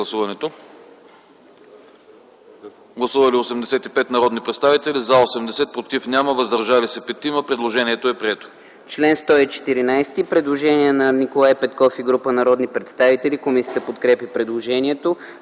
Гласували 85 народни представители: за 80, против няма, въздържали се 5. Предложението е прието.